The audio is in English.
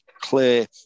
clear